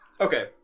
Okay